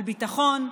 על הביטחון,